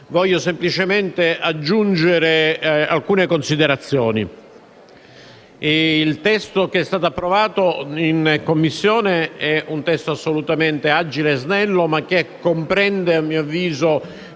limitandomi ad aggiungere alcune considerazioni. Il testo che è stato approvato in Commissione è assolutamente agile e snello e comprende, a mio avviso,